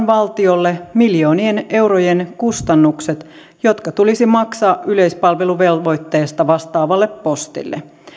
valtiolle miljoonien eurojen kustannukset jotka tulisi maksaa yleispalveluvelvoitteesta vastaavalle postille